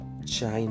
China